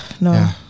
no